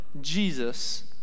Jesus